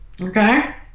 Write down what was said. okay